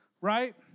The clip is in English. right